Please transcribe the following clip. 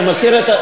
אני מכיר,